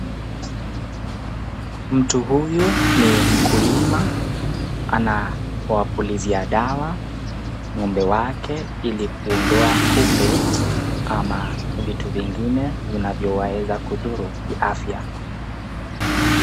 Mtu huyu ni mkulima anawapulizia dawa, ng'ombe wake ili kuondoa kupe ama vitu vingine vinavyowaeza kudhuru kiafya.